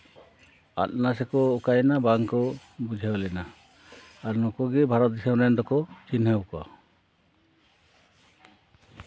ᱟᱫᱱᱟᱠᱚ ᱥᱮᱠᱚ ᱚᱠᱟᱭᱱᱟᱠᱚ ᱵᱟᱝᱠᱚ ᱵᱩᱡᱷᱟᱹᱣ ᱞᱮᱱᱟ ᱟᱨ ᱱᱩᱠᱩ ᱜᱮ ᱵᱷᱟᱨᱚᱛ ᱫᱤᱥᱚᱢ ᱨᱮᱱ ᱫᱚᱠᱚ ᱪᱤᱱᱦᱟᱹᱣ ᱠᱚᱣᱟ